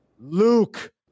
Luke